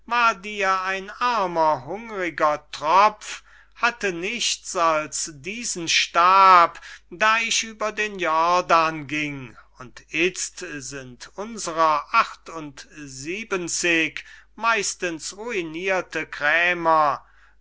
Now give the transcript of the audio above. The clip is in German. dir ein armer hungriger tropf hatte nichts als diesen stab da ich über den jordan gieng und itzt sind unserer acht und siebenzig meistens ruinirte krämer